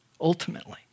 ultimately